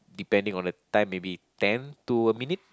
depending on the time maybe ten to a minute